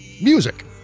music